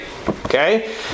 Okay